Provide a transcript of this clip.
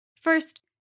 First